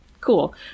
Cool